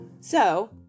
So